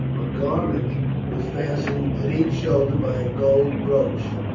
garment was fastened at each shoulder by a gold brooch.